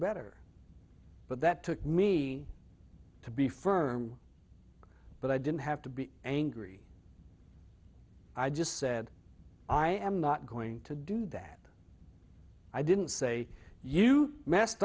better but that took me to be firm but i didn't have to be angry i just said i am not going to do that i didn't say you messed